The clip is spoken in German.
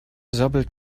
sabbelt